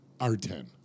R10